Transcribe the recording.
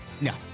No